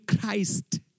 Christ